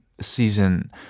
season